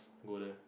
go there